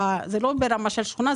זה לא ברמה של שכונה,